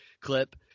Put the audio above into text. clip